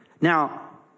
Now